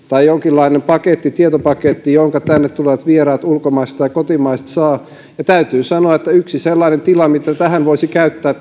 tai jonkinlainen tietopaketti jonka tänne tulevat vieraat ulkomaiset tai kotimaiset saisivat ja täytyy sanoa että yksi sellainen tila mitä tällaiseen tarkoitukseen voisi käyttää